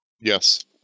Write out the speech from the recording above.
yes